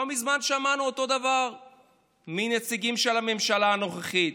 לא מזמן שמענו אותו דבר מנציגים של הממשלה הנוכחית.